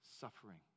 suffering